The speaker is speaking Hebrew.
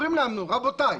אומרים לנו, רבותיי,